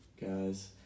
guys